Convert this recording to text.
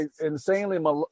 insanely